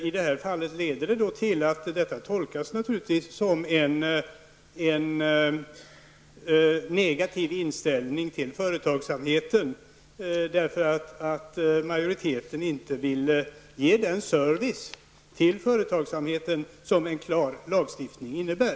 I det här fallet leder det till att detta naturligtvis tolkas som en negativ inställning till företagsamheten, eftersom majoriteten inte vill ge den service till företagsamheten som en klar lagstiftning innebär.